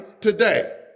today